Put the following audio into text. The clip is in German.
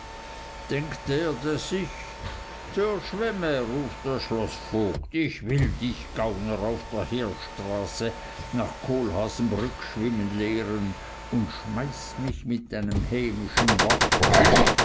denkt er daß ich zur schwemme ruft der schloßvogt ich will dich gauner auf der heerstraße nach kohlhaasenbrück schwimmen lehren und schmeißt mich mit einem hämischen